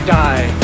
die